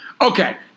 Okay